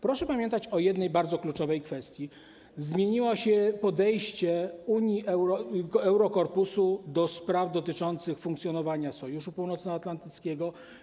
Proszę pamiętać o jednej bardzo kluczowej kwestii: zmieniło się podejście Eurokorpusu do spraw dotyczących funkcjonowania Sojuszu Północnoatlantyckiego.